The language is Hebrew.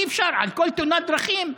אי-אפשר על כל תאונת דרכים,